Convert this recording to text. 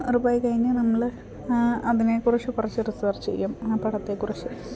ഉറപ്പായിക്കഴിഞ്ഞ് നമ്മൾ അതിനേക്കുറിച്ച് കുറച്ച് റിസേർച്ച് ചെയ്യും ആ പടത്തേക്കുറിച്ച്